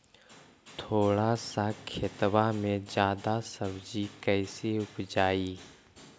थोड़ा सा खेतबा में जादा सब्ज़ी कैसे उपजाई?